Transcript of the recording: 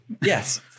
Yes